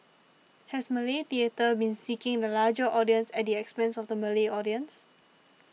has Malay theatre been seeking the larger audience at the expense of the Malay audience